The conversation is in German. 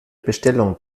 bestellung